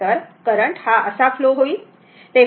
तर करंट हा असा फ्लो होईल